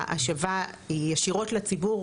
ההשבה היא ישירות לציבור.